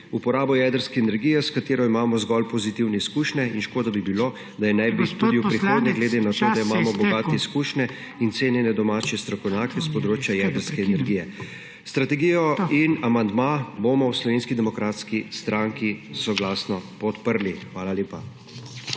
uporabo jedrske energije, s katero imamo zgolj pozitivne izkušnje, in škoda bi bilo, da je ne bi tudi v prihodnje glede na to, da imamo bogate izkušnje in cenjene domače strokovnjake s področja jedrske energije. Strategijo in amandma bomo v Slovenski demokratski stranki soglasno podprli. Hvala lepa.